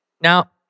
Now